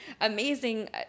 amazing